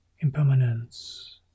Impermanence